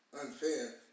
unfair